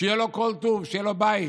שיהיה לו כל טוב, שיהיה לו בית.